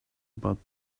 about